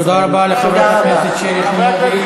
תודה רבה לחברת הכנסת שלי יחימוביץ.